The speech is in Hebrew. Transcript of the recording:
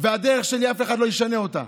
והדרך שלי, אף אחד לא ישנה אותה.